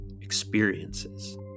experiences